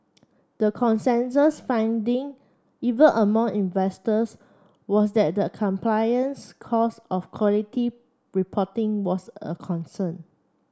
the consensus finding even among investors was that the compliance cost of quality reporting was a concern